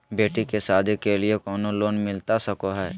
बेटी के सादी के लिए कोनो लोन मिलता सको है?